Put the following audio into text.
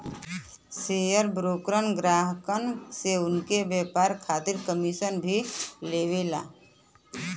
share broker ग्राहकन से उनके व्यापार खातिर कमीशन भी लेवला